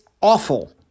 awful